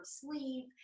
sleep